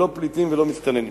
לא פליטים ולא מסתננים